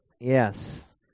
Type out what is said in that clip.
Yes